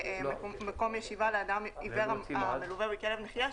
ומקום ישיבה לאדם עיוור המלווה בכלב נחיה,